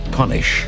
punish